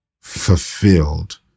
fulfilled